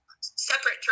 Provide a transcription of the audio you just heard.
separate